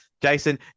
Jason